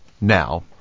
now